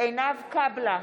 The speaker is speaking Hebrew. עינב קאבלה,